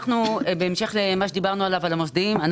בהמשך למה שדיברנו עליו לגבי המוסדיים,